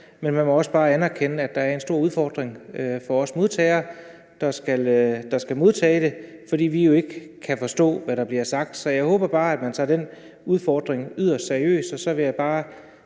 men man må også bare anerkende, at der er en stor udfordring for os, der skal modtage det, fordi vi jo ikke kan forstå, hvad der bliver sagt. Så jeg håber bare, at man tager den udfordring yderst seriøst, og så vil jeg bare